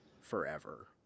forever